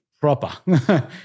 proper